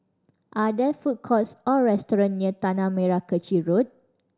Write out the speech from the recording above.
are there food courts or restaurant near Tanah Merah Kechil Road